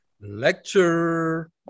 lecture